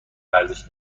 ورزش